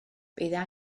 byddai